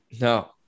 No